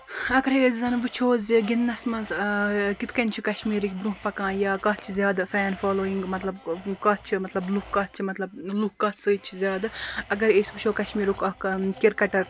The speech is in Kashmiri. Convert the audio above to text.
اَگرے أسۍ زَن وُچھو زِ گِندنَس منٛز کِتھ کٔنۍ چھِ کَشمیٖرٕکۍ برونٛہہ پَکان یا کَتھ چھُ زیادٕ فین فولویِنگ مطلب کَتھ چھُ مطلب لُکھ کَتھ چھُ مطلب لُکھ کَتھ سۭتۍ چھِ زیادٕ اَگر أسۍ وُچھو کَشمیٖرُک اکھ کِرکَٹر